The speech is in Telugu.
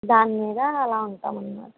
దాని మీద అలా ఉంటాం అనమాట